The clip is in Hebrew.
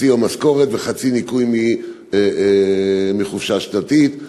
חצי יום משכורת וחצי יום ניכוי מהחופשה השנתית.